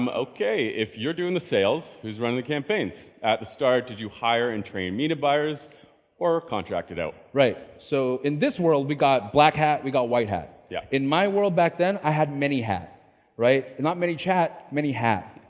um okay. if you're doing the sales, who's running the campaigns? at the start, did you hire and train media buyers or contract it out right. so in this world, we got black hat, we got white hat. yeah, in my world back then, i had many hat right. not manychat. many hat.